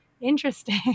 interesting